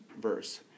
verse